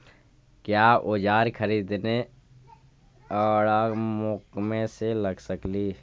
क्या ओजार खरीदने ड़ाओकमेसे लगे सकेली?